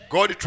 God